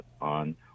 on